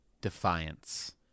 Defiance